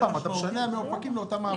אתה משנע מאופקים לאותה מעבדה.